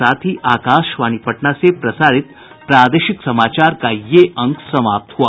इसके साथ ही आकाशवाणी पटना से प्रसारित प्रादेशिक समाचार का ये अंक समाप्त हुआ